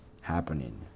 happening